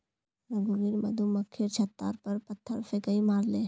रघुवीर मधुमक्खीर छततार पर पत्थर फेकई मारले